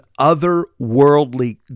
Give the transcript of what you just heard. otherworldly